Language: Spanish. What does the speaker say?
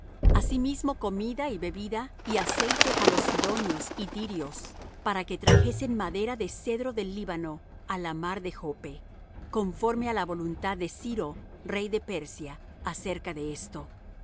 asimismo comida y bebida y aceite á los sidonios y tirios para que trajesen madera de cedro del líbano á la mar de joppe conforme á la voluntad de ciro rey de persia acerca de esto y